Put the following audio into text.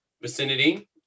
vicinity